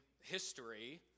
history